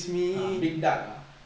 ah big duck ah